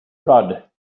rudd